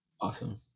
awesome